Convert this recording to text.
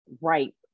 right